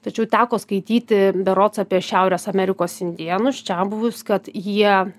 tačiau teko skaityti berods apie šiaurės amerikos indėnus čiabuvius kad jie